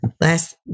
Last